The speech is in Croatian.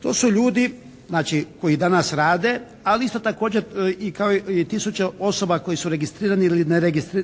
To su ljudi znači koji danas rade, ali isto također i kao i tisuće osoba koji su registrirani ili